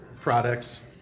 products